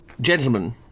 Gentlemen